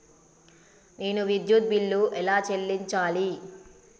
నేను విద్యుత్ బిల్లు ఎలా చెల్లించాలి?